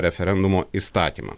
referendumo įstatymą